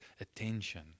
attention